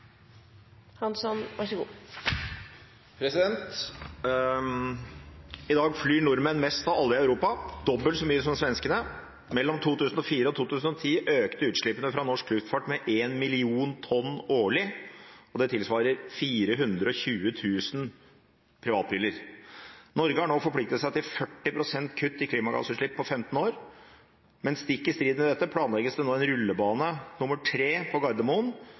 2010 økte utslippene fra norsk luftfart med én million tonn CO2 årlig, tilsvarende 420 000 biler. Norge har nå forpliktet seg til 40 pst. kutt i klimagassutslipp på 15 år. Stikk i strid med dette planlegges nå en tredje rullebane på Gardermoen, som har som eneste hensikt å øke flytrafikken enda mer. Har statsråden vurdert klimakonsekvensene ved en ny rullebane på Gardermoen?»